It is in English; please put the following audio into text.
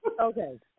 okay